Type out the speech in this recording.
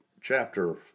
chapter